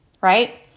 Right